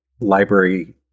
library